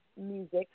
music